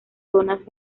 zonas